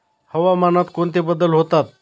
हवामानात कोणते बदल होतात?